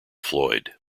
floyd